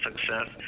success